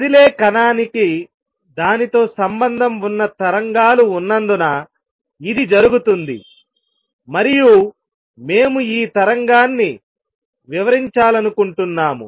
కదిలే కణానికి దానితో సంబంధం ఉన్న తరంగాలు ఉన్నందున ఇది జరుగుతుంది మరియు మేము ఈ తరంగాన్ని వివరించాలనుకుంటున్నాము